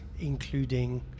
including